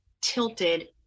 tilted